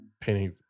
painting